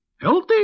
Healthy